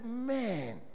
man